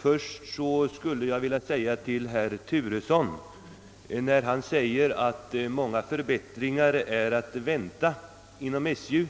Först vill jag emellertid säga till herr Turesson, som framhöll att många förbättringar är att vänta inom SJ